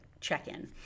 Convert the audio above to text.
check-in